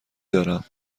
دارم